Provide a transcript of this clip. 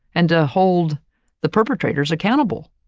and hold the perpetrators accountable.